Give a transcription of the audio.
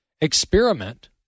experiment